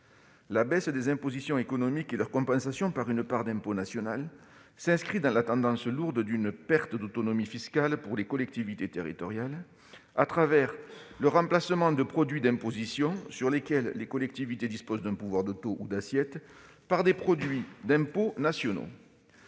la baisse des impositions économiques et leur compensation par une part d'impôt national s'inscrivent dans la tendance lourde d'une perte d'autonomie fiscale pour les collectivités territoriales, au travers du remplacement de produits d'impositions sur lesquelles les collectivités disposent d'un pouvoir de taux ou d'assiette par des produits d'impôts nationaux.